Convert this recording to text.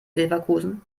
leverkusen